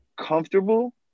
comfortable